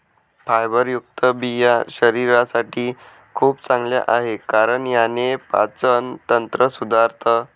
फायबरयुक्त बिया शरीरासाठी खूप चांगल्या आहे, कारण याने पाचन तंत्र सुधारतं